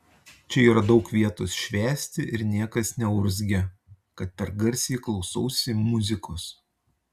čia yra daug vietos švęsti ir niekas neurzgia kad per garsiai klausausi muzikos